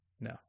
no